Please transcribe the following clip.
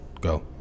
Go